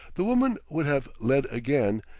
the woman would have led again,